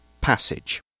passage